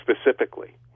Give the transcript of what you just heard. specifically